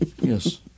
Yes